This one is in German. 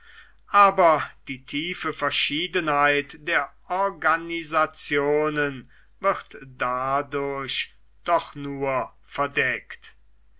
aber die tiefe verschiedenheit der organisationen wird dadurch doch nur verdeckt